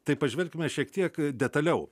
tai pažvelkime šiek tiek detaliau